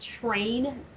train